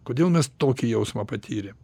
kodėl mes tokį jausmą patyrėm